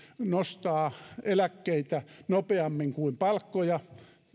nostaa eläkkeitä nopeammin kuin palkkoja